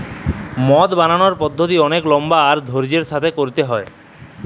মদ বালালর পদ্ধতি অলেক লম্বা আর ধইর্যের সাথে ক্যইরতে হ্যয়